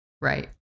Right